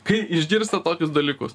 kai išgirsta tokius dalykus